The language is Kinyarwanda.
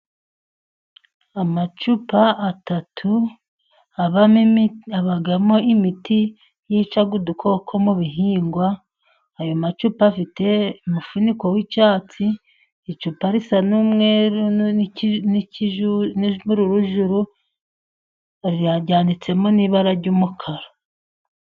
Amacupa atatu abamo imiti yica udukoko mu bihingwa, ayo macupa afite umufuniko w'icyatsi, icupa risa n'umwe n'ikijuju ryaritsemo n'ibara ry'umukara.